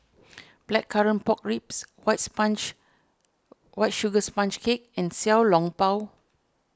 Blackcurrant Pork Ribs white sponge White Sugar Sponge Cake and Xiao Long Bao